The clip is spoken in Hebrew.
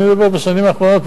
אני מדבר בשנים האחרונות.